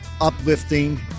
uplifting